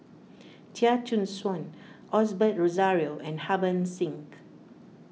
Chia Choo Suan Osbert Rozario and Harbans Singh